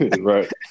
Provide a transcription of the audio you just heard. Right